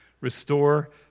restore